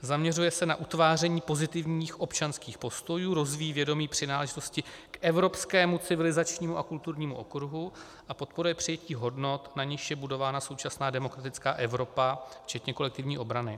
zaměřuje se na utváření pozitivních občanských postojů, rozvíjí vědomí přináležitosti k evropskému civilizačnímu a kulturnímu okruhu a podporuje přijetí hodnot, na nichž je budována současná demokratická Evropa, včetně kolektivní obrany.